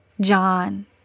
John